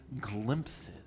glimpses